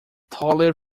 toddler